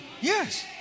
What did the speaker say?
Yes